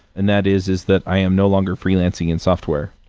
and that is, is that i am no longer freelancing in software.